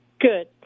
Good